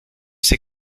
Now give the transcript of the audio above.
c’est